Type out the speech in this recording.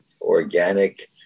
organic